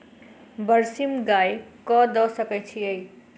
बरसीम गाय कऽ दऽ सकय छीयै?